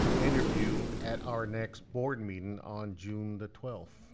to interview at our next board meetin' on june twelfth.